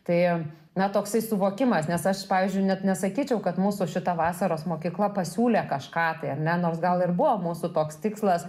tai ne toksai suvokimas nes aš pavyzdžiui net nesakyčiau kad mūsų šita vasaros mokykla pasiūlė kažką tai ar ne nors gal ir buvo mūsų toks tikslas